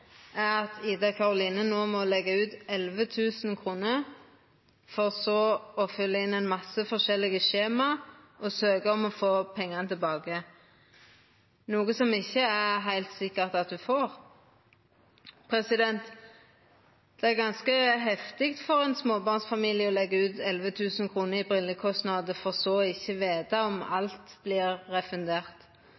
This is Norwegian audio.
så å fylla ut ein masse forskjellige skjema og søkja om å få pengane tilbake, noko som ikkje er heilt sikkert at ho får. Det er ganske heftig for ein småbarnsfamilie å leggja ut 11 000 kr i brillekostnader og ikkje veta om